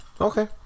Okay